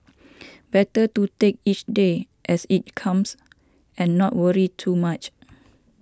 better to take each day as it comes and not worry too much